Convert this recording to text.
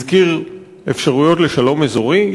הזכיר אפשרויות לשלום אזורי?